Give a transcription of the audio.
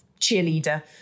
cheerleader